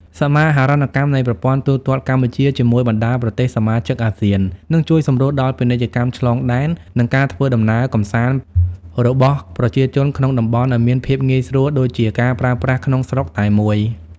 សមាហរណកម្មនៃប្រព័ន្ធទូទាត់កម្ពុជាជាមួយបណ្ដាប្រទេសសមាជិកអាស៊ាន នឹងជួយសម្រួលដល់ពាណិជ្ជកម្មឆ្លងដែន និងការធ្វើដំណើរកម្សាន្តរបស់ប្រជាជនក្នុងតំបន់ឱ្យមានភាពងាយស្រួលដូចជាការប្រើប្រាស់ក្នុងស្រុកតែមួយ។